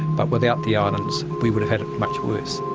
but without the islands we would have had it much worse.